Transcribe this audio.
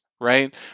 Right